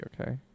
okay